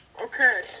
Okay